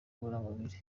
ngororamubiri